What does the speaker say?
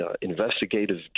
investigative